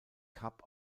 cup